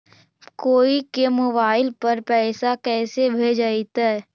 कोई के मोबाईल पर पैसा कैसे भेजइतै?